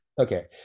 Okay